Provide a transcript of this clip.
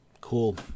Cool